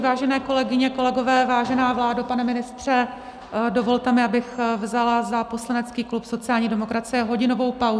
Vážené kolegyně, kolegové, vážená vládo, pane ministře, dovolte mi, abych vzala za poslanecký klub sociální demokracie hodinovou pauzu.